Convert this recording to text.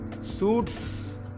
Suits